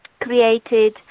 created